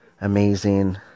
amazing